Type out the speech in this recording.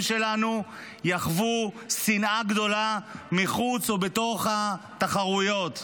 שלנו יחוו שנאה גדולה מחוץ ובתוך התחרויות.